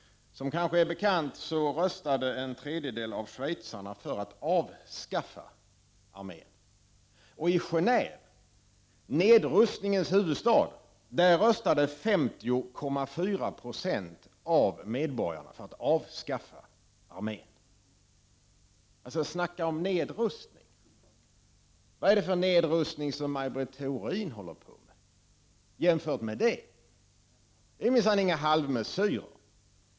Som kanske är bekant röstade en tredjedel av schweizarna för att avskaffa armén. I Genéve, nedrustningens huvudstad, röstade 50,4 26 av medborgarna för en avskaffning av armén. Tala om nedrustning! Vad är det för nedrustning som Maj Britt Theorin håller på med, jämfört med detta? Detta är minsann inga halvmesyrer!